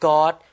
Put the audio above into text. God